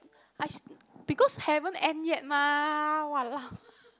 I because haven't end yet mah !walao!